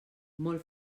molt